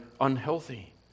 unhealthy